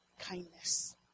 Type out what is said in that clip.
kindness